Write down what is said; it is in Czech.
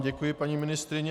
Děkuji vám, paní ministryně.